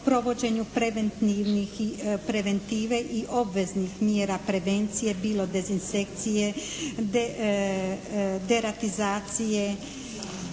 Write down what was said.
provođenju preventive i obveznih mjera prevencije bilo dezinsekcije, deratizacije.